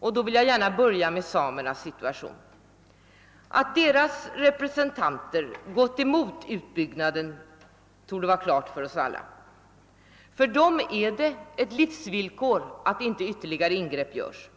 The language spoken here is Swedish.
Jag vill gärna börja med samernas situation. Att deras representanter gått emot utbyggnaden torde vara klart för oss alla; för dem är det ett livsvillkor att inte ytterligare ingrepp görs.